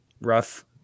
rough